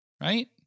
Right